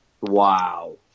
Wow